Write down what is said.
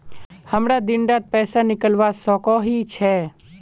हमरा दिन डात पैसा निकलवा सकोही छै?